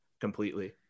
completely